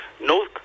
no